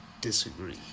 disagree